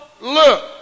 look